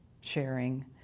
sharing